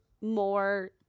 more